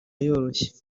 yoroshye